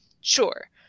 Sure